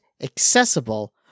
accessible